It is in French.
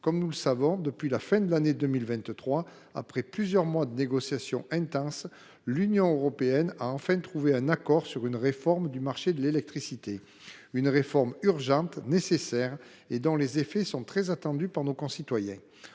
Comme nous le savons, depuis la fin de l’année 2023, après plusieurs mois d’intenses négociations, l’Union européenne s’est enfin accordée sur une réforme du marché de l’électricité. Il s’agit d’une réforme urgente, nécessaire, et dont les effets sont très attendus par nos concitoyens.